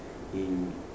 in